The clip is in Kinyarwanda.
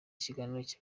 ikiganiro